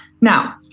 Now